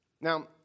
Now